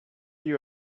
you